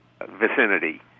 vicinity